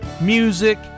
music